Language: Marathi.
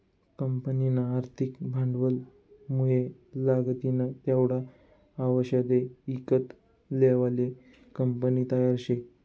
कंपनीना आर्थिक भांडवलमुये लागतीन तेवढा आवषदे ईकत लेवाले कंपनी तयार शे